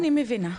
אני מבינה.